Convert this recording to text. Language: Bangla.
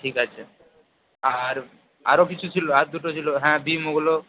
ঠিক আছে আর আরও কিছু ছিল আর দুটো ছিল হ্যাঁ বিন ওগুলো